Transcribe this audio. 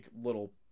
little